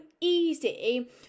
easy